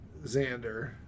Xander